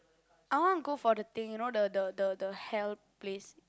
I want go for the thing you know the the the hell place